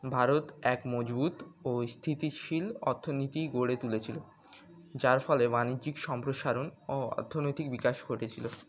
ভারত এক মজবুত ও স্থিতিশীল অর্থনীতি গড়ে তুলেছিলো যার ফলে বাণিজ্যিক সম্প্রসারণ ও অর্থনৈতিক বিকাশ ঘটেছিলো